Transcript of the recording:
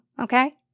Okay